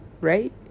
Right